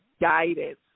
guidance